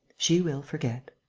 she will forget.